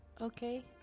Okay